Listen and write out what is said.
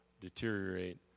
deteriorate